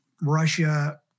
Russia